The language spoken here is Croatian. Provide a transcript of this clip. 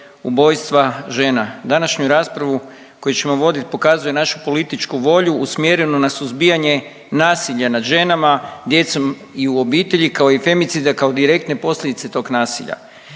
ubojstva žena. Današnju raspravu koju ćemo voditi pokazuje našu političku volju usmjerenu na suzbijanje nasilja nad ženama, djecom i u obitelji kao i femicida kao direktne posljedice tog nasilja.